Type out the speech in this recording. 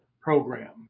program